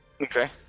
Okay